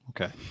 Okay